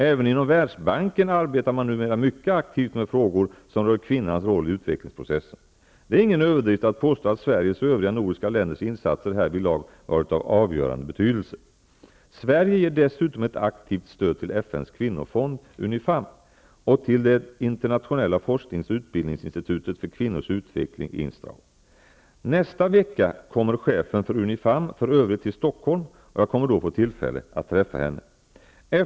Även inom Världsbanken arbetar man numera mycket aktivt med frågor som rör kvinnans roll i utvecklingsprocessen. Det är ingen överdrift att påstå att Sveriges och övriga nordiska länders insatser härvidlag varit av avgörande betydelse. Sverige ger dessutom ett aktivt stöd till FN:s kvinnofond, Unifem, och till det internationella forsknings och utbildningsinstitutet för kvinnors utveckling, INSTRAW. Nästa vecka kommer chefen för Unifem för övrigt till Stockholm, och jag kommer då att få tillfälle att träffa henne.